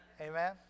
Amen